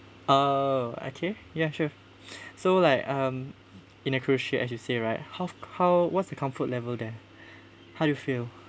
oh okay ya sure so like um in a cruise ship as you say right how how what's the comfort level there how do you feel